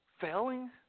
failing